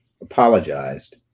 apologized